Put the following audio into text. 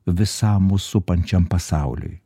visam mus supančiam pasauliui